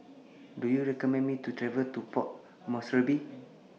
Do YOU recommend Me to travel to Port Moresby